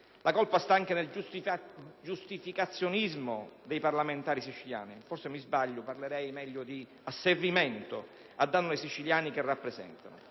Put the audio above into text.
la colpa sta anche nel giustificazionismo dei parlamentari siciliani - forse mi sbaglio, farei meglio a parlare di asservimento - a danno dei siciliani che rappresentano.